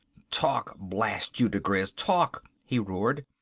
talk, blast you digriz talk! he roared.